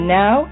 now